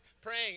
praying